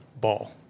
ball